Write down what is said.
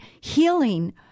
healing